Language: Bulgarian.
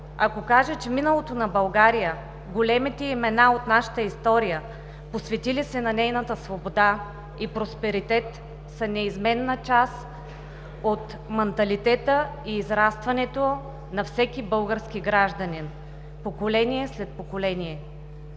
ако кажа, че миналото на България, големите имена от нашата история, посветили се на нейната свобода и просперитет, са неизменна част от манталитета и израстването на всеки български гражданин, поколение след поколение.